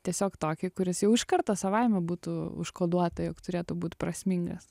tiesiog tokį kuris jau iš karto savaime būtų užkoduota jog turėtų būt prasmingas